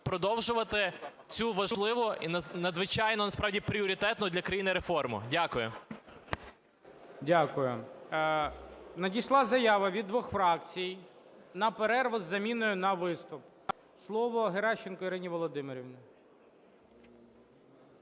продовжувати цю важливу і надзвичайно, насправді, пріоритетну для країни реформу. Дякую. ГОЛОВУЮЧИЙ. Дякую. Надійшла заява від двох фракцій на перерву із заміною на виступ. Слово Геращенко Ірині Володимирівні.